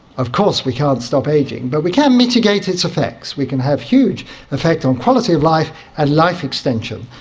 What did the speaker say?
of course we can't stop ageing but we can mitigate its effects, we can have huge effect on quality of life and life extension,